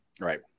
Right